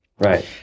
Right